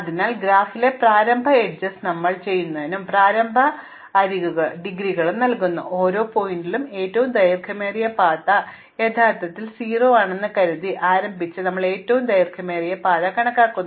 അതിനാൽ ഞങ്ങളുടെ ഗ്രാഫിലെ പ്രാരംഭ അരികുകളും ഞങ്ങൾ ചെയ്യുന്നതും പ്രാരംഭ അഗ്രിഗികൾ നൽകുന്നു ഓരോ ശീർഷകത്തിലേക്കും ഏറ്റവും ദൈർഘ്യമേറിയ പാത യഥാർത്ഥത്തിൽ 0 ആണെന്ന് കരുതി ആരംഭിച്ച് ഞങ്ങൾ ഏറ്റവും ദൈർഘ്യമേറിയ പാത കണക്കാക്കുന്നു